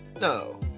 No